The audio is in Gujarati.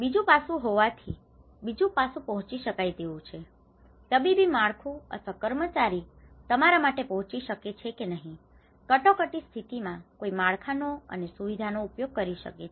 બીજું પાસું પહોંચી શકાય તેવું છે તબીબી માળખું અથવા કર્મચારી તમારા માટે પહોંચી શકે છે કે નહિ કટોકટીની સ્થિતિમાં કોઈ માળખાનો અને સુવિધાનો ઉપયોગ કરી શકે છે